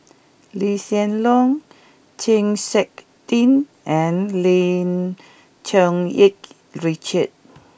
Lee Hsien Loong Chng Seok Tin and Lim Cherng Yih Richard